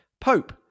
Pope